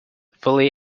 fully